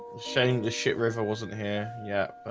shamed the shit river wasn't here. yeah